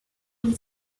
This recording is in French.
dit